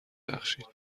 بخشید